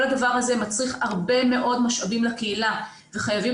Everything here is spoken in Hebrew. כל הדבר הזה מצריך הרבה מאוד משאבים לקהילה וחייבים